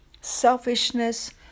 Selfishness